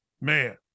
Man